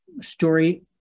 story